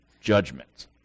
judgment